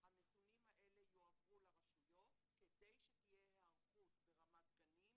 הנתונים האלה יועברו לרשויות כדי שתהיה היערכות ברמת גנים